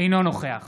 אינו נוכח